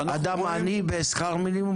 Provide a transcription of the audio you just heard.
אדם עני בשכר מינימום,